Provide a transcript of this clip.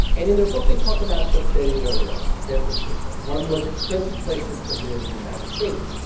and in their book, they talk about the bay area a lot san francisco one of the most expensive places to live in the united states.